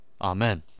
Amen